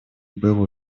был